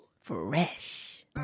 fresh